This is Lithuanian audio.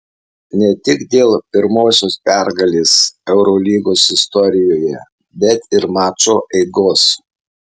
ne tik dėl pirmosios pergalės eurolygos istorijoje bet ir mačo eigos